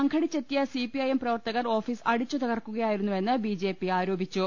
സംഘടിച്ചെത്തിയ CPIM പ്രവർത്തകർ office അടിച്ചു തകർക്കുകയായിരുന്നു വെന്ന് ബിജെപി ആരോപിച്ചു